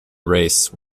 race